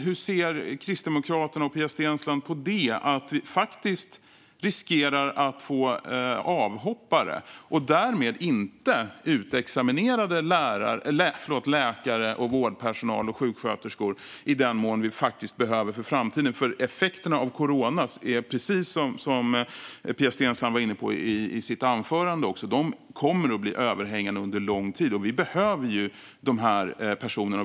Hur ser Kristdemokraterna och Pia Steensland på att vi riskerar att få avhoppare och därmed inte får utexaminerade läkare, vårdpersonal och sjuksköterskor i den mån som vi behöver inför framtiden? Effekterna av corona kommer, precis som Pia Steensland var inne på i sitt anförande, att vara överhängande under lång tid. Vi behöver ju dessa personer.